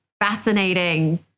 fascinating